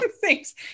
Thanks